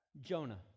Jonah